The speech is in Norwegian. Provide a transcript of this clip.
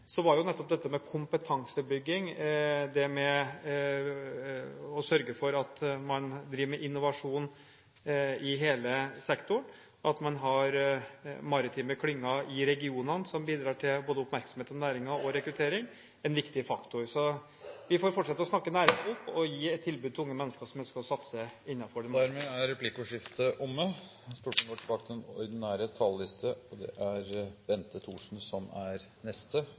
var nettopp dette med kompetansebygging, det å sørge for at man driver med innovasjon i hele sektoren, og at man har maritime klynger i regionene som bidrar til oppmerksomhet om både næringen og rekruttering, viktige faktorer. Så vi får fortsette å snakke næringen opp og gi et tilbud til unge mennesker som ønsker å satse innenfor den maritime sektoren. Replikkordskiftet er omme. De talere som heretter får ordet, har en taletid på inntil 3 minutter. Det har vært en interessant debatt, som